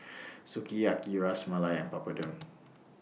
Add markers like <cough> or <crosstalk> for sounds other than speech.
Sukiyaki Ras Malai and <noise> Papadum